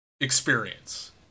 experience